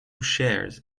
shares